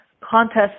contest